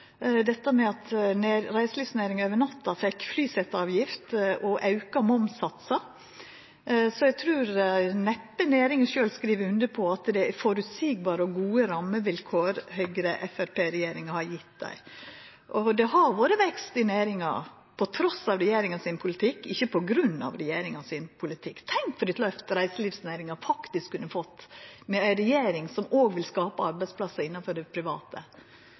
at reiselivsnæringa over natta fekk flyseteavgift og auka momssatsar, så eg trur neppe næringa sjølv skriv under på at det er føreseielege og gode rammevilkår Høgre–Framstegsparti-regjeringa har gjeve dei. Det har vore vekst i næringa trass i regjeringa sin politikk, ikkje på grunn av regjeringa sin politikk. Tenk for eit løft reiselivsnæringa faktisk kunne fått, med ei regjering som òg vil skapa arbeidsplassar innanfor det private,